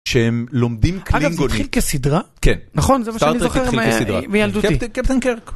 שהם לומדים קלינגונית. אגב, זה התחיל כסדרה? כן. נכון, star trek התחיל כסדרה, זה מה שאני זוכר מילדותי. קפטן קרק.